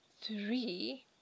three